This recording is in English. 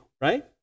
Right